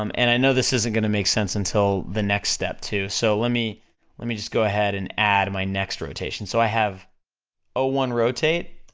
um and i know this isn't gonna make sense until the next step too, so lemme, lemme just go ahead and add my next rotation, so i have ah one rotate,